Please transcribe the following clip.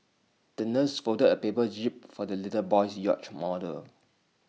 the nurse folded A paper jib for the little boy's yacht model